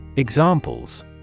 Examples